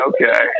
Okay